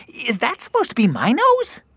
is that supposed to be my nose?